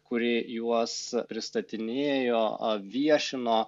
kuri juos pristatinėjo a viešino